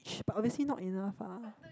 but obviously not enough ah